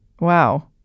Wow